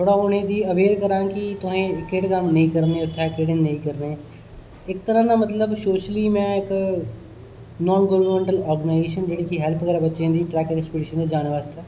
थोडा उनेंगी अवेयर करां कि तुसें केह्डे़ कम्म नेईं करने उत्थै केह्डे़ नेईं करने इक तरह दा मतलब सोशली में इक नानॅ गवर्नमेंटल आरगैनाइजेशन जेहड़ी कि हैल्प करे बच्चे दी अग्गै कम्पीटिशन च जाने आस्तै